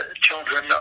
children